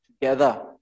together